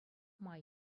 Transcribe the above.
май